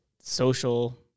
social